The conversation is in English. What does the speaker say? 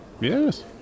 yes